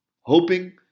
hoping